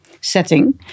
setting